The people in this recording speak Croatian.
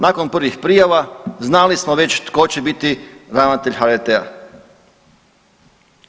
Nakon prvih prijava, znali smo već tko će biti ravnatelj HRT-a.